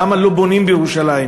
למה לא בונים בירושלים?